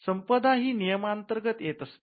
संपदा ही नियमांतर्गत येत असते